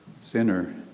Sinner